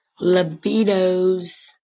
libidos